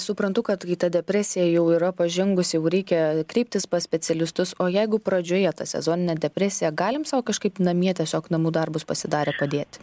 suprantu kad ta depresija jau yra pažengusi jau reikia kreiptis pas specialistus o jeigu pradžioje tą sezoninę depresiją galim sau kažkaip namie tiesiog namų darbus pasidarę padėti